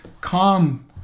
come